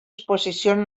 exposicions